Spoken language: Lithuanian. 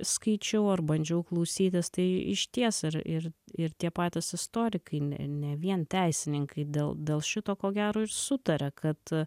skaičiau ar bandžiau klausytis tai išties ar ir ir tie patys istorikai ne ne vien teisininkai dėl dėl šito ko gero ir sutaria kad